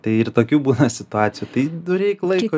tai ir tokių būna situacijų tai reik laiko